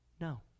No